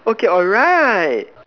okay alright